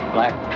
Black